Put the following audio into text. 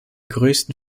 größten